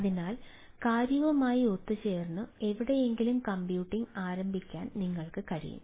അതിനാൽ കാര്യവുമായി ഒത്തുചേർന്ന് എവിടെയെങ്കിലും കമ്പ്യൂട്ടിംഗ് ആരംഭിക്കാൻ നിങ്ങൾക്ക് കഴിയും